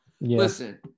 Listen